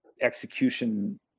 execution